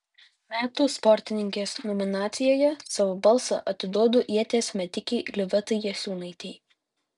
metų sportininkės nominacijoje savo balsą atiduodu ieties metikei livetai jasiūnaitei